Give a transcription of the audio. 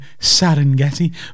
Serengeti